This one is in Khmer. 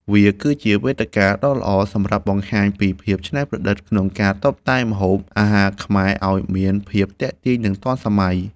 វាគឺជាវេទិកាដ៏ល្អសម្រាប់បង្ហាញពីភាពច្នៃប្រឌិតក្នុងការតុបតែងម្ហូបអាហារខ្មែរឱ្យមានភាពទាក់ទាញ និងទាន់សម័យ។